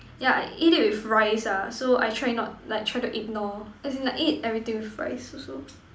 yeah I eat it with rice ah so I try not like try to ignore as in I eat everything with rice also